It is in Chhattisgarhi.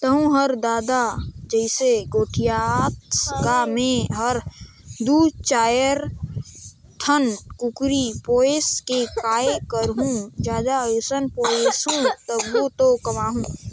तहूँ हर ददा जइसे गोठियाथस गा मैं हर दू चायर ठन कुकरी पोयस के काय करहूँ जादा असन पोयसहूं तभे तो कमाहूं